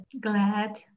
glad